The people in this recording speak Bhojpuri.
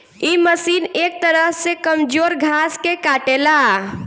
इ मशीन एक तरह से कमजोर घास के काटेला